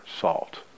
salt